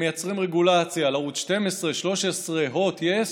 מייצרים רגולציה על ערוץ 12, 13, הוט, יס,